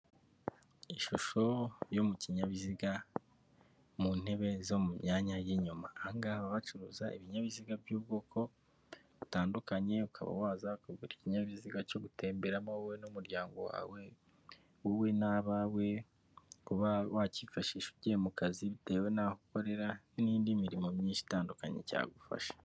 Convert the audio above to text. Ishusho yo mu kinyabiziga mu ntebe zo mu myanya y'inyuma ahangaha bakaba bacuruza ibinyabiziga by'ubwoko butandukanye ukaba waza kugura ikinyabiziga cyo gutemberamo wowe n'umuryango wawe wowe n'abawe uba wakifashisha ugiye mu kazi bitewe n'aho ukorera n'indi mirimo myinshi itandukanye cyagufasha.